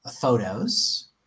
photos